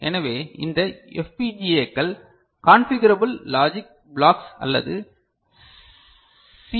எனவே இந்த FPGAக்கள் கான்பிகரபல் லாஜிக் பிளாக்ஸ் அல்லது சி